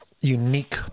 unique